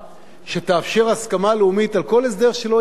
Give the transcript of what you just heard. שתאפשר הסכמה לאומית על כל הסדר שלא יהיה.